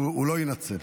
הוא לא ינצל.